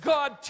God